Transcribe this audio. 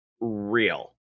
real